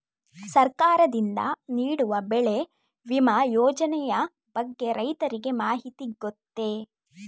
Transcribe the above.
ಸರ್ಕಾರದಿಂದ ನೀಡುವ ಬೆಳೆ ವಿಮಾ ಯೋಜನೆಯ ಬಗ್ಗೆ ರೈತರಿಗೆ ಮಾಹಿತಿ ಗೊತ್ತೇ?